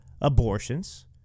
abortions